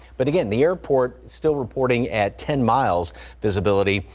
but again the airport still reporting at ten miles visibility,